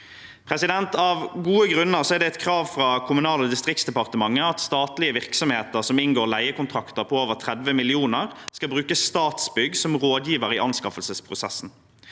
i. Av gode grunner er det et krav fra Kommunal- og distriktsdepartementet at statlige virksomheter som inngår leiekontrakter på over 30 mill. kr, skal bruke Statsbygg som rådgiver i anskaffelsesprosessen.